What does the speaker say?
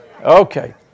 Okay